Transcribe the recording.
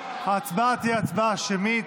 ההצבעה תהיה הצבעה שמית.